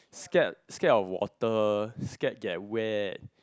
scared scared of water scared they are wet